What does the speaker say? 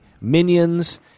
Minions